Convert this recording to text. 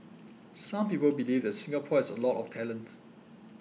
some people believe that Singapore has a lot of talent